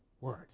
word